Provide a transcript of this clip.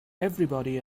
everybody